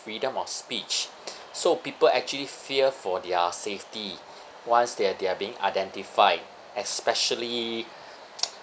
freedom of speech so people actually fear for their safety once they are they are being identified especially